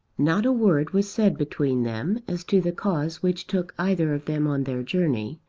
not a word was said between them as to the cause which took either of them on their journey,